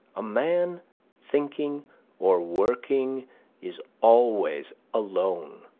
a man thinking or working is always alone,